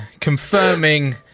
confirming